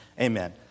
Amen